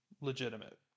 legitimate